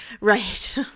Right